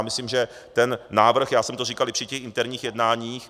Myslím, že ten návrh já jsem to říkal i při těch interních jednáních.